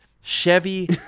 Chevy